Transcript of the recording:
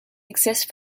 exist